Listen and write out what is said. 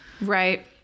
Right